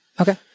Okay